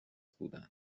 بودن